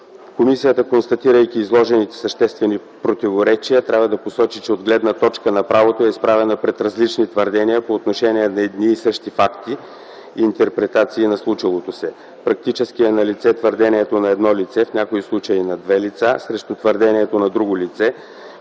Комисията, констатирайки изложените съществени противоречия, трябва да посочи, че от гледна точка на правото е изправена пред различни твърдения по отношение на едни и същи факти и интерпретации на случилото се. Практически е налице твърдението на едно лице (в някои случаи на две лица) срещу твърдението на друго лице,